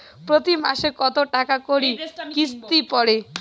প্রতি মাসে কতো টাকা করি কিস্তি পরে?